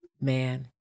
man